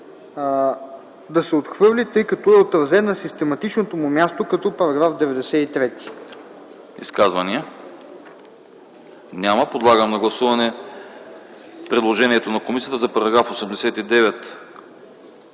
да се отхвърли, тъй като е отразен на систематичното му място като § 93.